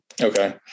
Okay